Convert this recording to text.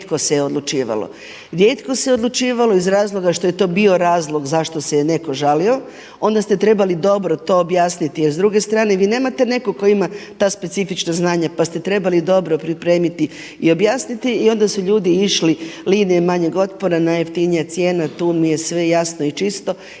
rijetko se odlučivalo iz razloga što je to bio razlog zašto se je neko žalio onda ste trebali dobro to objasniti. A s druge strane vi nemate nekoga tko ima ta specifična znanja pa ste trebali dobro pripremiti i objasniti i onda su ljudi išli linijom manjeg otpora, najjeftinija cijena tu mi je sve jasno i čisto iako je